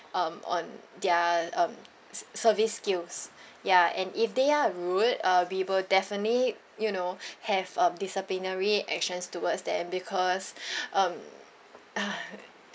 um on their um se~ service skills ya and if they are rude err we will definitely you know have uh disciplinary actions towards them because um uh